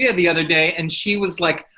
yeah the other day, and she was like,